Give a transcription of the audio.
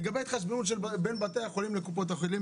לגבי ההתחשבנות בין בתי החולים לקופות החולים,